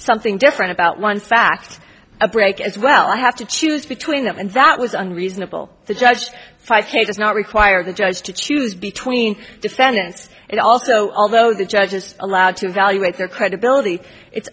something different about one fact a break as well i have to choose between them and that was unreasonable the judge five k does not require the judge to choose between defendants and also although the judge is allowed to evaluate their credibility it's